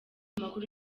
makuru